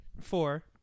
Four